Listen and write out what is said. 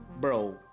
bro